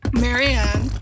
Marianne